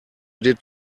did